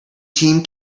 team